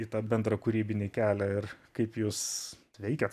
į tą bendrą kūrybinį kelią ir kaip jūs veikiat